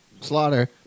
Slaughter